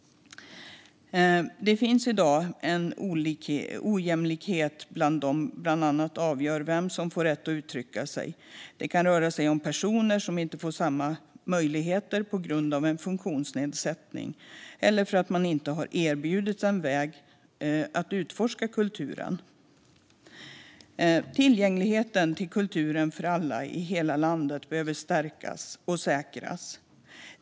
Det finns en ojämlikhet i dag som bland annat avgör vem som får rätt att uttrycka sig. Det kan röra sig om personer som inte får samma möjligheter på grund av någon funktionsnedsättning eller för att de inte har erbjudits en väg att utforska kulturen. Tillgängligheten till kulturen för alla i hela landet behöver stärkas och säkras.